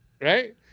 Right